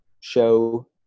show